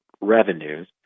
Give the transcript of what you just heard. revenues